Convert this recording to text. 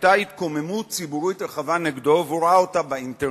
היתה התקוממות ציבורית רחבה נגדו והוא ראה אותה באינטרנט,